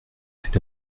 cet